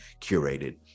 curated